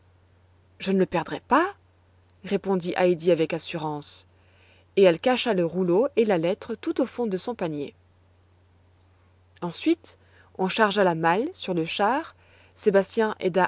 je ne le perdrai pas répondit heidi avec assurance et elle cacha le rouleau et la lettre tout au fond de son panier ensuite on chargea la malle sur le char sébastien